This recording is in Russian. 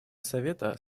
совета